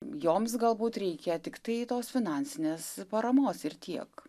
joms galbūt reikia tiktai tos finansinės paramos ir tiek